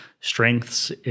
strengths